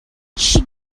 she